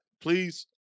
Please